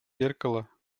зеркало